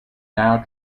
now